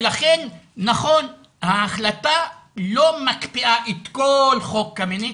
לכן נכון, ההחלטה לא מקפיאה את כל חוק קמיניץ,